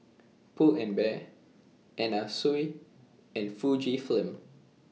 Pull and Bear Anna Sui and Fujifilm